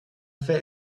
fait